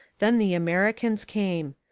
then the americans came.